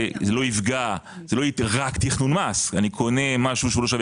שזה לא יהיה רק תכנון מס אני קונה משהו שלא שווה